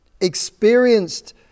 experienced